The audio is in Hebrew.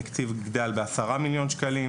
התקציב יגדל ב-10 מיליון שקלים.